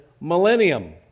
millennium